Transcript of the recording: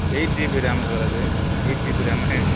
eight GB RAM sir அது eight GB RAM